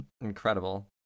incredible